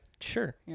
Sure